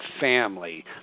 family